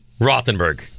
Rothenberg